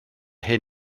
hyn